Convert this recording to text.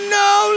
no